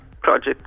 project